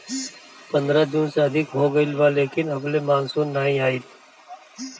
पंद्रह जून से अधिका हो गईल बा लेकिन अबले मानसून नाइ आइल